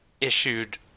issued